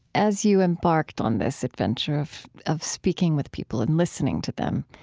as you embarked on this adventure of of speaking with people and listening to them,